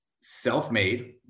self-made